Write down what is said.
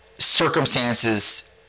circumstances